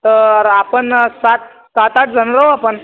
तर आपण सात सात आठ जण जाऊ आपण